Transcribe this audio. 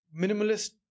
Minimalist